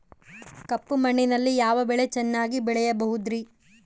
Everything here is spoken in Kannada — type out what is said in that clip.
ಕಪ್ಪು ಮಣ್ಣಿನಲ್ಲಿ ಯಾವ ಬೆಳೆ ಚೆನ್ನಾಗಿ ಬೆಳೆಯಬಹುದ್ರಿ?